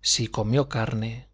si comió carne